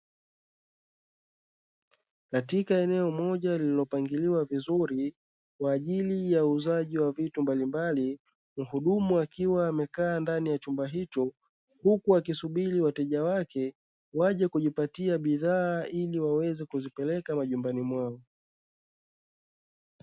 Katika eneo moja lililopangiliwa vizuri kwa ajili ya uuzaji wa vitu mbalimbali, muhudumu akiwa amekaa ndani ya chumba hicho huku akisubiri wateja wake waje kujipatia bidhaa ili waweze kuzipeleka majumbani mwao.